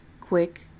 quick